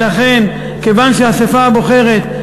וכיוון שהאספה הבוחרת,